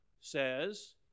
says